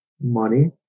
Money